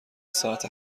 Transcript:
ساعت